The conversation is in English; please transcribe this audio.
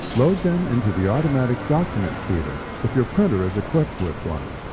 load them into the automatic document feeder, if your printer is equipped with one.